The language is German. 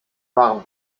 waren